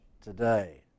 today